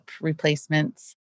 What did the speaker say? replacements